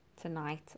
Tonight